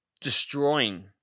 destroying